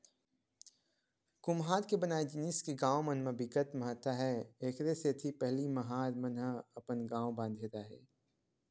कुम्हार के बनाए जिनिस के गाँव मन म बिकट महत्ता हे एखरे सेती पहिली महार मन ह अपन गाँव बांधे राहय